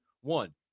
one